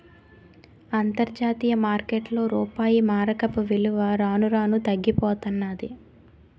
అంతర్జాతీయ మార్కెట్లో రూపాయి మారకపు విలువ రాను రానూ తగ్గిపోతన్నాది